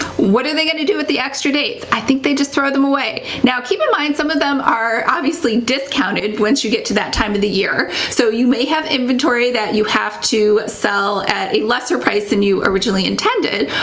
what are they gonna do with the extra days? i think they just throw them away. now, keep in mind, some of them are obviously discounted once you get to that time of the year, so you may have inventory that you have to sell at a lesser price than you originally intended,